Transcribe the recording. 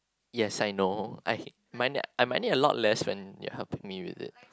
yes I know I he~ I might need a lot less when you're helping me with it